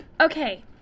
Okay